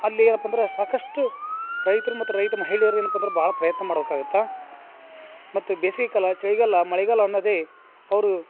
ಅಲ್ಲಿ ಏನಪ್ಪ ಅಂದ್ರ ಸಾಕಷ್ಟು ರೈತ್ರ ಮತ್ತೆ ರೈತ ಮಹಿಳೆಯರೆನ್ ಭಾಳ ಪ್ರಯತ್ನ ಮಾಡ್ಬೇಕಾಗತ್ತೆ ಮತ್ತೆ ಬೇಸಿಗೆ ಕಾಲ ಚಳಿಗಾಲ ಮಳೆಗಾಲ ಅನ್ನದೆ ಅವರು